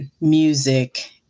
music